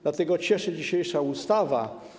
Dlatego cieszy dzisiejsza ustawa.